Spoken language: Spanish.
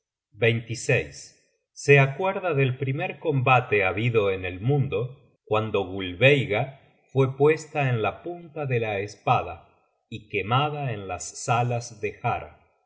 at se acuerda del primer combate habido en el mundo cuando gulveiga fue puesta en la punta de la espada y quemada en las salas de har